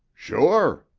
sure,